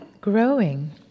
growing